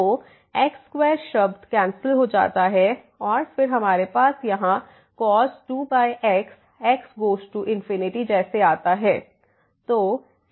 तो x2 शब्द cancel हो जाते हैं और फिर हमारे पास यहाँ cos 2x x goes to जैसे आता है